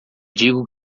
digo